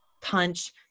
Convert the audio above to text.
punch